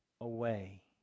away